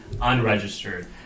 Unregistered